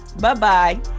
Bye-bye